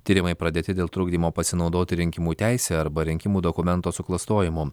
tyrimai pradėti dėl trukdymo pasinaudoti rinkimų teise arba rinkimų dokumento suklastojimo